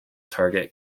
target